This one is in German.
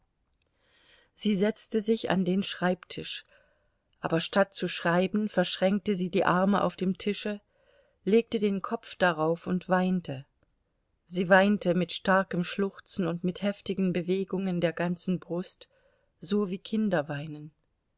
sie setzte sich an den schreibtisch aber statt zu schreiben verschränkte sie die arme auf dem tische legte den kopf darauf und weinte sie weinte mit starkem schluchzen und mit heftigen bewegungen der ganzen brust so wie kinder weinen